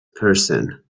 person